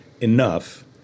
enough